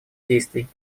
действий